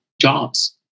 jobs